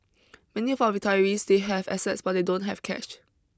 many of our retirees they have assets but they don't have cash